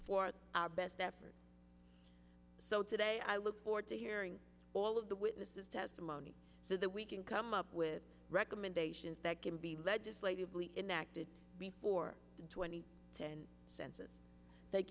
forth our best effort so today i look or to hearing all of the witnesses testimony so that we can come up with recommendations that can be legislatively inactive before twenty to census thank